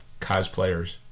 cosplayers